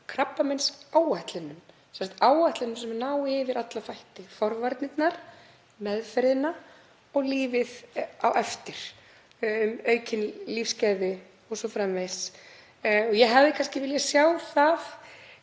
sem sagt áætlunum sem ná yfir alla þætti, forvarnirnar, meðferðina og lífið á eftir, aukin lífsgæði o.s.frv. Ég hefði kannski viljað sjá það